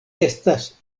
estas